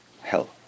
hell